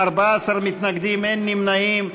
14 מתנגדים, אין נמנעים.